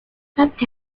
stepped